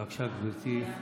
בבקשה, גברתי.